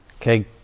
Okay